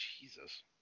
jesus